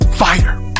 fighter